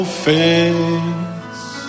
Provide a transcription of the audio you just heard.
face